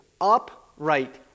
upright